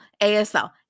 ASL